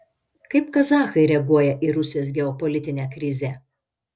kaip kazachai reaguoja į rusijos geopolitinę krizę